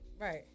Right